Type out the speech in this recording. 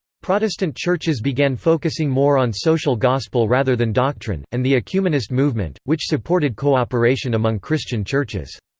protestant churches began focusing more on social gospel rather than doctrine, and the ecumenist movement, which supported co-operation among christian churches.